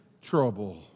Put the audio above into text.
trouble